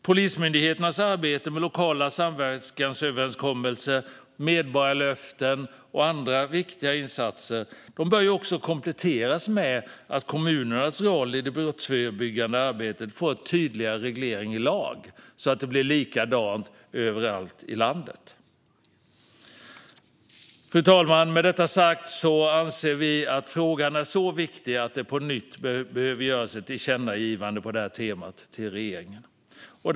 Polismyndighetens arbete med lokala samverkansöverenskommelser, medborgarlöften och andra viktiga insatser bör kompletteras med att kommunernas roll i det brottsförebyggande arbetet får en tydligare reglering i lag, så att det blir likadant överallt i landet. Fru talman! Med detta sagt anser vi att frågan är så viktig att det på nytt behöver riktas ett tillkännagivande till regeringen på detta tema.